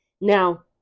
Now